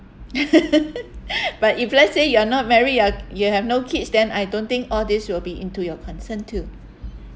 but if let's say you are not married you're you have no kids then I don't think all this will be into your concern too